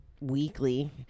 weekly